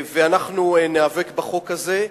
אנחנו ניאבק בחוק הזה,